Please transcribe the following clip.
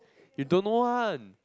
you don't know one